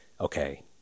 okay